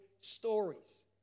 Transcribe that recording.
stories